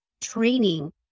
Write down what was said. training